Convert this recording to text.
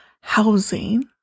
housing